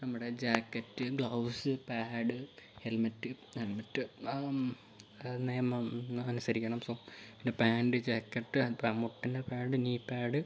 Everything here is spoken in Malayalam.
നമ്മുടെ ജാക്കറ്റ് ഗ്ലവ്സ് പാഡ് ഹെൽമെറ്റ് എന്നിട്ട് നിയമം നമ്മൾ അനുസരിക്കണം സൊ പിന്നെ പാൻ്റ് ജാക്കറ്റ് അതിപ്പോൾ മുട്ടിൻ്റെ പാഡ് നീ പാഡ്